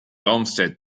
olmsted